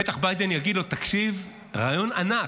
בטח ביידן יגיד לו: תקשיב, רעיון ענק,